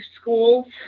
schools